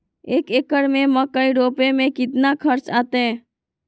एक एकर में मकई रोपे में कितना खर्च अतै?